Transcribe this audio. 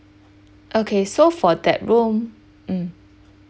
okay so for that room mm